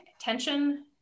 tension